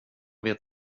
vet